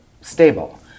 stable